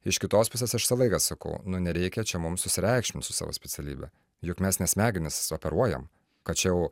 iš kitos pusės aš visą laiką sakau nu nereikia čia mums susireikšmint su savo specialybe juk mes ne smegenis operuojam kad čia jau